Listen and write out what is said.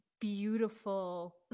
beautiful